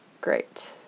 Great